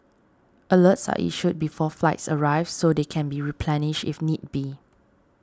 alerts are issued before flights arrive so they can be replenished if need be